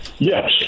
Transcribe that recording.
Yes